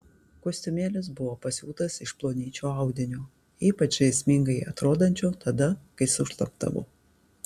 kostiumėlis buvo pasiūtas iš plonyčio audinio ypač žaismingai atrodančio tada kai sušlapdavo